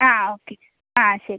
ആ ഓക്കെ ആ ശരി